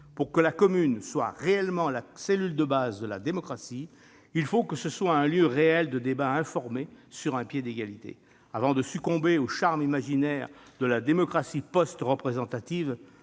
Pour que la commune soit réellement la « cellule de base » de la démocratie, il faut que ce soit un lieu réel de débat informé sur un pied d'égalité. Avant de succomber aux charmes imaginaires de la démocratie « post-représentative